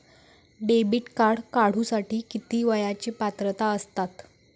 Debit card काढूसाठी किती वयाची पात्रता असतात?